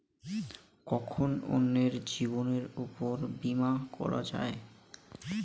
কখন অন্যের জীবনের উপর বীমা করা যায়?